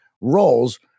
roles